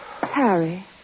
Harry